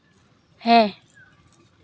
ᱦᱮᱸ